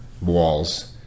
walls